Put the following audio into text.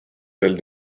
del